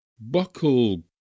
buckle